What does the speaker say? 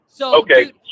Okay